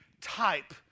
type